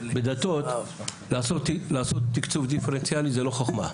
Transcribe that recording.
בדתות לעשות תקצוב דיפרנציאלי זה לא חוכמה,